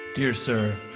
dear sir,